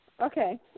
Okay